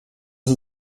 ist